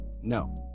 No